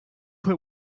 put